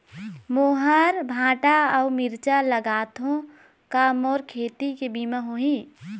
मेहर भांटा अऊ मिरचा लगाथो का मोर खेती के बीमा होही?